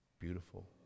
beautiful